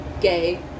Gay